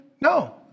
No